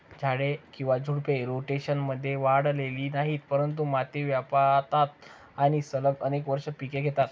झाडे किंवा झुडपे, रोटेशनमध्ये वाढलेली नाहीत, परंतु माती व्यापतात आणि सलग अनेक वर्षे पिके घेतात